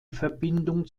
verbindung